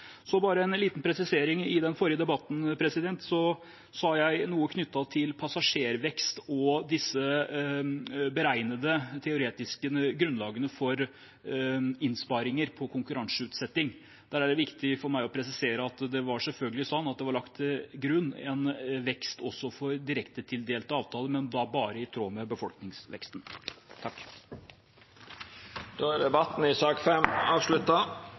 Så bare en liten presisering: I den forrige debatten sa jeg noe knyttet til passasjervekst og disse beregnede teoretiske grunnlagene for innsparinger på konkurranseutsetting. Der er det viktig for meg å presisere at det selvfølgelig var lagt til grunn en vekst også for direktetildelte avtaler, men da bare i tråd med befolkningsveksten. Interpellasjonsdebatten er dermed avslutta. Det ble i